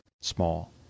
small